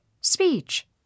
speech